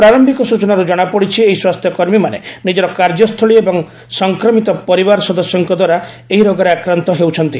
ପ୍ରାର୍ୟିକ ସ୍ରଚନାରୁ ଜଣାପଡିଛି ଏହି ସ୍ୱାସ୍ଥ୍ୟକର୍ମୀମାନେ ନିଜର କାର୍ଯ୍ୟସ୍ଥଳୀ ଏବଂ ସଂକ୍ରମିତ ପରିବାର ସଦସ୍ୟଙ୍କ ଦ୍ୱାରା ଏହି ରୋଗରେ ଆକ୍ରାନ୍ତ ହେଉଛନ୍ତି